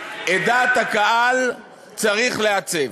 את דעת הקהל צריך לעצב.